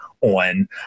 on